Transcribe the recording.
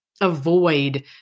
avoid